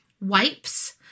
wipes